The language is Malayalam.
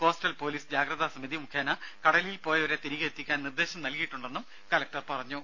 കോസ്റ്റൽ പൊലീസ് ജാഗ്രത സമിതി മുഖേന കടലിൽ പോയവരെ തിരികെ എത്തിക്കാൻ നിർദേശം നൽകിയിട്ടുണ്ടെന്നും കലക്ടർ പറഞ്ഞു